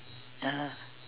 ya